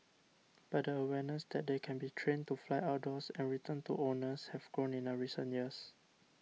but the awareness that they can be trained to fly outdoors and return to owners have grown in recent years